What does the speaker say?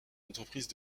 entreprise